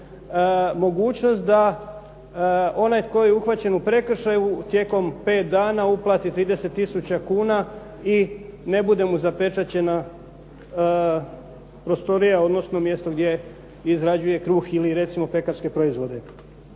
mogućnost da onaj tko je uhvaćen u prekršaju tijekom pet dana uplati 30 tisuća kuna i ne bude mu zapečaćena prostorija odnosno mjesto gdje izrađuje kruh ili recimo pekarske proizvode.